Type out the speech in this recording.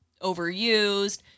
overused